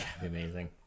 Amazing